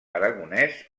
aragonès